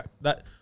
That-